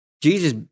Jesus